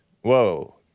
Whoa